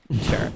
Sure